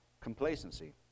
Complacency